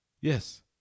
Yes